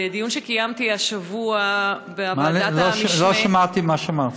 בדיון שקיימתי השבוע, לא שמעתי מה אמרת.